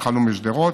התחלנו משדרות,